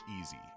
easy